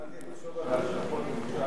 התחלתי לחשוב על ההשלכות,